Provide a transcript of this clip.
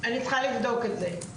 אני צריכה לבדוק את זה.